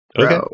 okay